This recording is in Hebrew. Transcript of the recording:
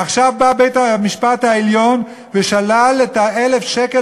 עכשיו בא בית-המשפט העליון ושלל את ה-1,000 שקל